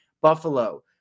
Buffalo